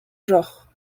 genres